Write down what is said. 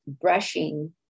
brushing